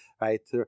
Right